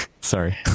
Sorry